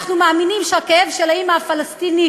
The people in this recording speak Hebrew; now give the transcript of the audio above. אנחנו מאמינים שהכאב של האימא הפלסטינית